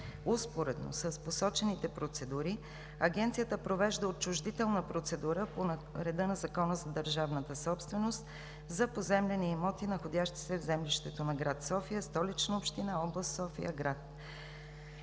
Успоредно с посочените процедури Агенцията провежда отчуждителна процедура по реда на Закона за държавната собственост за поземлени имоти, находящи се в землището на град София, Столична община, област София-град.